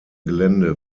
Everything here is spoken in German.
gelände